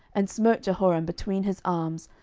and smote jehoram between his arms,